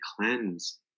cleanse